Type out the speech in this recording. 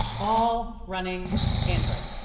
all running android.